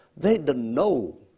they don't know